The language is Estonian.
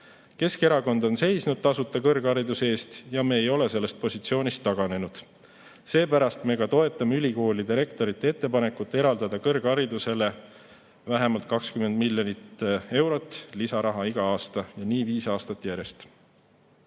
Keskerakond on seisnud tasuta kõrghariduse eest ja me ei ole sellest positsioonist taganenud. Seepärast me ka toetame ülikoolide rektorite ettepanekut eraldada kõrgharidusele vähemalt 20 miljonit eurot lisaraha iga aasta ja nii viis aastat järjest.